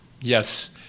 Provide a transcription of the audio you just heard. Yes